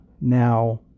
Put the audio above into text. now